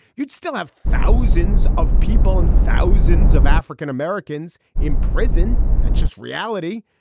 you'd still have thousands of people and thousands of african-americans in prison that's just reality.